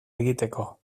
egiteko